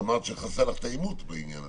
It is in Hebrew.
אמרת שחסר לך האימות בעניין הזה.